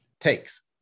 takes